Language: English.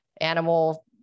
animal